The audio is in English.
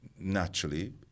naturally